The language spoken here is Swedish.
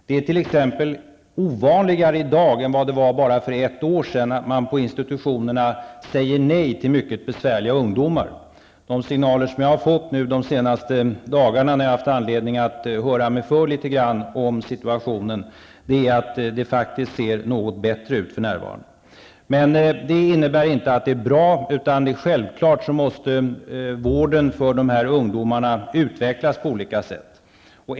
Det är t.ex. ovanligare i dag än vad det var för ett år sedan att man på institutionerna säger nej till mycket besvärliga ungdomar. De signaler jag har fått de senaste dagarna, när jag har haft anledning att höra mig för litet grand om situationen, är att det för närvarande ser något bättre ut. Men det här innebär inte att allt är bra. Självfallet måste vården för ungdomarna utvecklas på olika sätt.